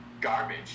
garbage